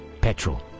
Petrol